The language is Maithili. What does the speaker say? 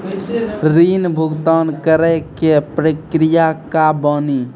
ऋण भुगतान करे के प्रक्रिया का बानी?